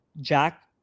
Jack